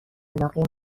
علاقه